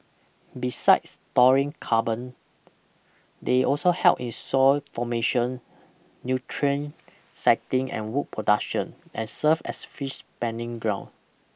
besides storing carbon they also help in soil formation nutrient cycling and wood production and serve as fish spanning ground